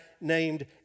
named